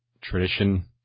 tradition